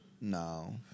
No